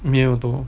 没有多